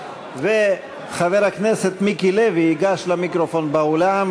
וחבר הכנסת מיקי לוי ייגש למיקרופון באולם